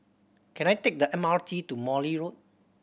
can I take the M R T to Morley Road